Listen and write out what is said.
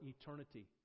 eternity